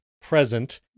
Present